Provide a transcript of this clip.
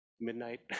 midnight